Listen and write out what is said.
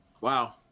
Wow